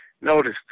notice